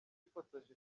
bifotoje